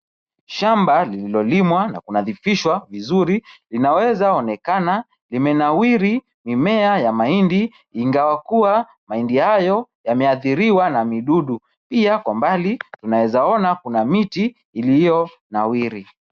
Shamba lililolimwa na kunadhifishwa vizuri linaweza onekana limenawiri mimea ya mahindi, ingawa kuwa mahindi hayo yameadhiriwa na midudu. Pia kwa mbali tunaweza ona kuna miti iliyo nawiri.